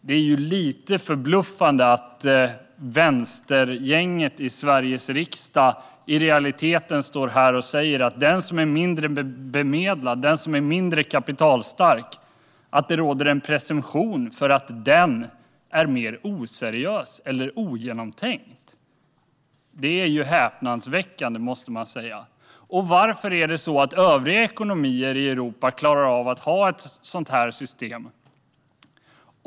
Det är lite förbluffande att vänstergänget i Sveriges riksdag i realiteten står här och säger att det råder en presumtion att den som är mindre bemedlad och mindre kapitalstark står för mer oseriöst eller ogenomtänkt företagande. Det är häpnadsväckande, måste man säga. Och varför är det så att övriga ekonomier i Europa klarar av att ha ett sådant här system?